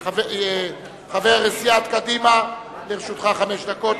חבר סיעת קדימה, לרשותך חמש דקות.